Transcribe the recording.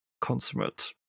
consummate